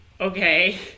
Okay